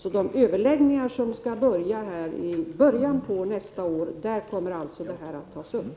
I de överläggningar som skall inledas i början av nästa år kommer denna fråga att tas upp.